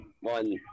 one